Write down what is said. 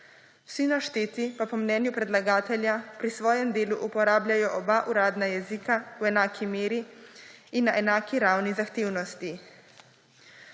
Vsi našteti pa po mnenju predlagatelja pri svojem delu uporabljajo oba uradna jezika v enaki meri in na enaki ravni zahtevnosti.